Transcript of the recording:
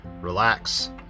relax